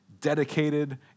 dedicated